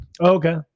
Okay